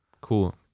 cool